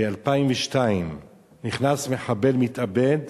ב-2002, נכנס מחבל מתאבד